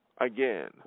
Again